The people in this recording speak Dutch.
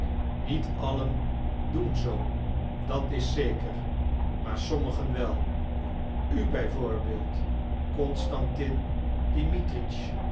niet allen doen zoo dat is zeker maar sommigen wel u bijvoorbeeld constantin